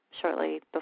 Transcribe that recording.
shortly